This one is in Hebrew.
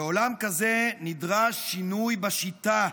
בעולם כזה נדרש שינוי בשיטה.